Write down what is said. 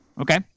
Okay